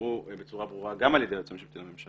נאמרו בצורה ברורה גם על ידי היועץ המשפטי לממשלה,